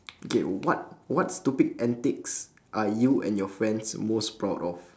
K what what stupid antics are you and your friends most proud of